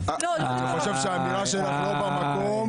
אני חושב שהאמירה שלך לא במקום.